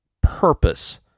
purpose